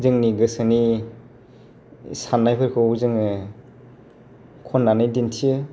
जोंनि गोसोनि सान्नायफोरखौ जोङो खननानै दिन्थियो